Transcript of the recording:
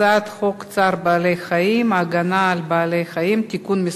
הצעת חוק צער בעלי-חיים (הגנה על בעלי-חיים) (תיקון מס'